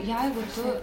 jeigu tu